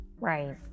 Right